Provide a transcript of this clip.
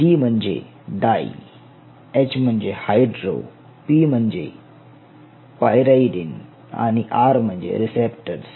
D म्हणजे di H म्हणजे hydro P म्हणजे पायराईडिन आणि आर म्हणजे रिसेप्टर्स